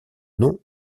nom